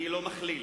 אני לא מכליל,